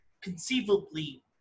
conceivably